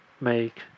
make